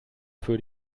für